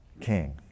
King